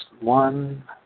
one